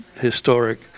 historic